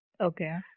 Okay